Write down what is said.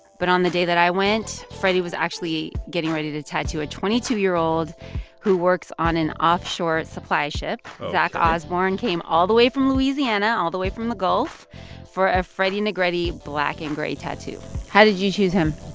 but on the day that i went, freddy was actually getting ready to tattoo a twenty two year old who works on an offshore supply ship. zach osbourne came all the way from louisiana all the way from the gulf for a freddy and negrete black-and-gray tattoo how did you choose him?